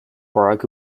barack